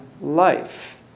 life